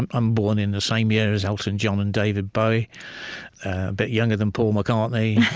and i'm born in the same year as elton john and david bowie a bit younger than paul mccartney.